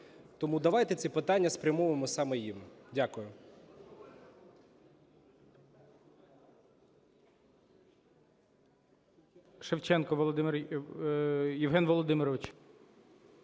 Тому давайте ці питання спрямуємо саме їм. Дякую.